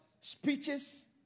speeches